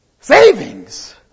savings